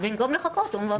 במקום לחכות הוא מעביר אותם.